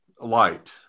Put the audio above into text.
light